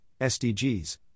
SDGs